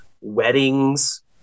weddings